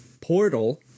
Portal